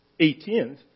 18th